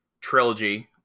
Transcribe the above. trilogy